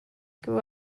grew